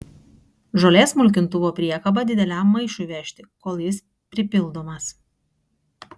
žolės smulkintuvo priekaba dideliam maišui vežti kol jis pripildomas